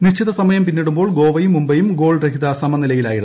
നിശ്ചിതസമയം പിന്നിടുമ്പോൾ ഗോവയും മുംബൈയും ഗോൾരഹിത സമനിലയിലായിരുന്നു